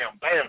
bam